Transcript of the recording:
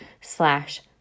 slash